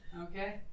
Okay